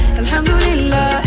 alhamdulillah